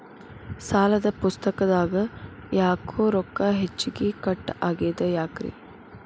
ಸಾಲದ ಪುಸ್ತಕದಾಗ ಯಾಕೊ ರೊಕ್ಕ ಹೆಚ್ಚಿಗಿ ಕಟ್ ಆಗೆದ ಯಾಕ್ರಿ?